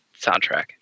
soundtrack